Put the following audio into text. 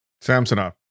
Samsonov